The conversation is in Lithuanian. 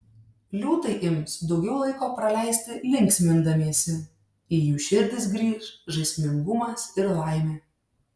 liūtai ims daugiau laiko praleisti linksmindamiesi į jų širdis grįš žaismingumas ir laimė